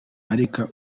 areka